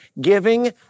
Giving